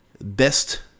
best